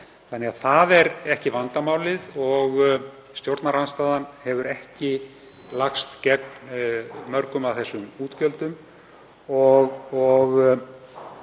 Þannig að það er ekki vandamálið og stjórnarandstaðan hefur ekki lagst gegn mörgum af þessum útgjöldum.